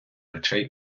речей